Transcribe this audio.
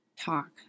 talk